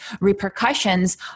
repercussions